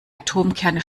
atomkerne